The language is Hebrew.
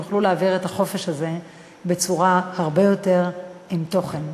שיוכלו להעביר את החופש הזה הרבה יותר עם תוכן.